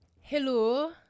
Hello